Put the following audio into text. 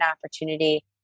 opportunity